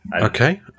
Okay